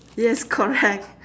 yes correct